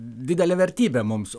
didelė vertybė mums